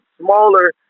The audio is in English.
smaller